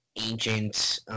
ancient